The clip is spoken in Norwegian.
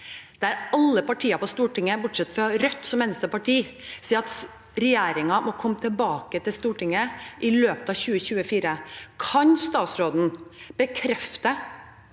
alle partiene på Stortinget bortsett fra Rødt – at regjeringen må komme tilbake til Stortinget i løpet av 2024. Kan statsråden bekrefte